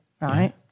right